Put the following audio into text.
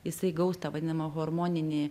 jisai gaus tą vadinamą hormoninį